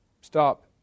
stop